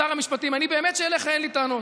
שר המשפטים, באמת שאליך אין לי טענות.